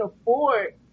afford